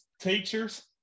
teachers